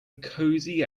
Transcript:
cozy